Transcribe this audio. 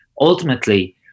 ultimately